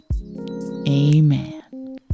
Amen